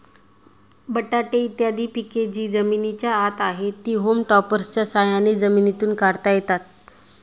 बटाटे इत्यादी पिके जी जमिनीच्या आत आहेत, ती होम टॉपर्सच्या साह्याने जमिनीतून काढता येतात